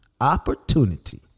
opportunity